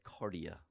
cardia